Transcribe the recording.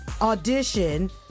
audition